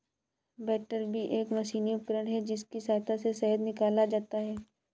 बैटरबी एक मशीनी उपकरण है जिसकी सहायता से शहद निकाला जाता है